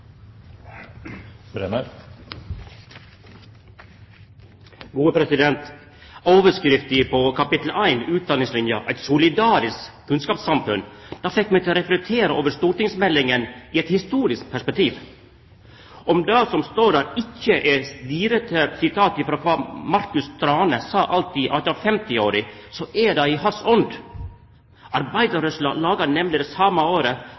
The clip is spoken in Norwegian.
Overskrifta på kapittel 1 i stortingsmeldinga Utdanningslinja – et solidarisk kunnskapssamfunn fekk meg til å reflektere over meldinga i eit historisk perspektiv. Om dette som står der ikkje er ordrett sitat frå kva Marcus Thrane sa alt i 1850-åra, så er det i same ånda. Arbeidarrørsla laga nemleg det same året,